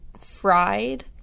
fried